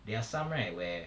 there are some right where